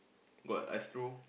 what astro